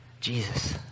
Jesus